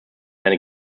eine